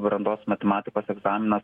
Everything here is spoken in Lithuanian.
brandos matematikos egzaminas